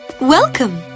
Welcome